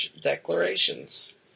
declarations